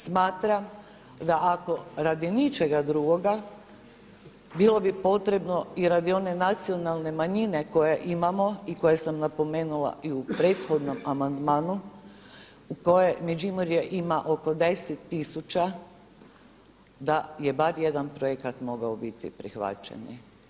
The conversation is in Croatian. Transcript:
Smatram da ako radi ničega drugoga, bilo bi potrebno i radi one nacionalne manjine koje imamo i koje sam napomenula i u prethodnom amandmanu, koje Međimurje ima oko 10 tisuća, da je barem jedan projekat mogao biti prihvaćen.